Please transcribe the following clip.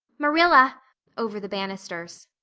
marilla over the banisters.